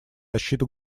защиту